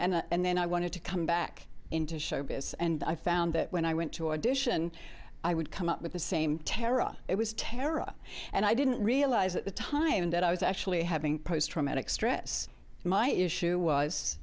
and then i wanted to come back into showbiz and i found that when i went to audition i would come up with the same tarif it was tara and i didn't realize at the time that i was actually having post traumatic stress my issue was